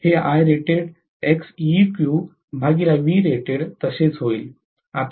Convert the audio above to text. हे तसेच होईल